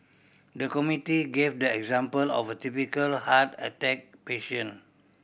the committee gave the example of a typical heart attack patient